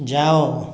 ଯାଅ